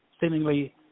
seemingly